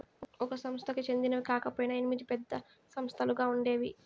ఒక సంస్థకి చెందినవి కాకపొయినా ఎనిమిది పెద్ద సంస్థలుగా ఉండేవి